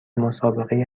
مسابقه